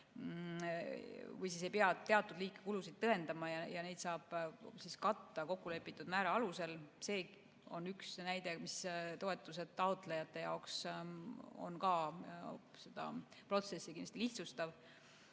või siis ei pea teatud liiki kulusid tõendama ja neid saab katta kokkulepitud määra alusel. See on üks näide, mis toetuse taotlejate jaoks seda protsessi kindlasti lihtsustab. Järjest